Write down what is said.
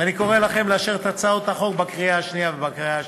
ואני קורא לכם לאשר אותה בקריאה שנייה ובקריאה שלישית.